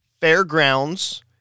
Fairgrounds